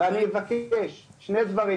ואני אבקש שני דברים.